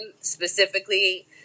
specifically